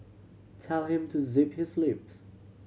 tell him to zip his lips